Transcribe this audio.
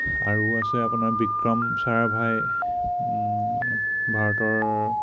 আৰু আছে আপোনাৰ বিক্ৰম ছাৰাভাই ভাৰতৰ